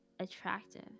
Attractive